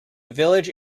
village